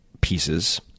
pieces